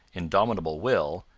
indomitable will,